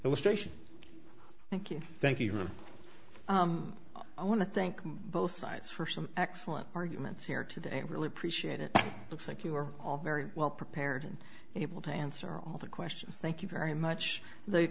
illustration thank you thank you very much i want to think both sides for some excellent arguments here today i really appreciate it looks like you are all very well prepared and able to answer all the questions thank you very much the